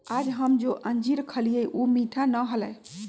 आज हम जो अंजीर खईली ऊ मीठा ना हलय